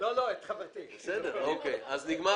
נגמר